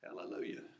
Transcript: Hallelujah